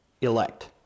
elect